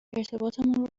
ارتباطمون